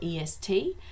EST